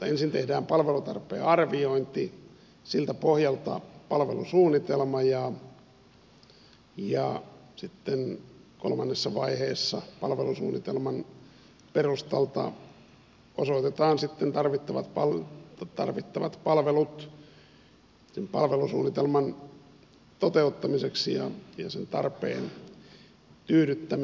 ensin tehdään palvelutarpeen arviointi siltä pohjalta palvelusuunnitelma ja sitten kolmannessa vaiheessa palvelusuunnitelman perustalta osoitetaan tarvittavat palvelut sen palvelusuunnitelman toteuttamiseksi ja sen tarpeen tyydyttämiseksi